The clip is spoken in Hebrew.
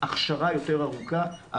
הכשרה יותר ארוכה,